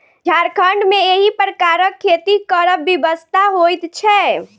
झारखण्ड मे एहि प्रकारक खेती करब विवशता होइत छै